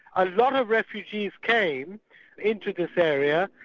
a lot of refugees came into this area,